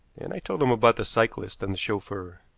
and i told him about the cyclists and the chauffeur.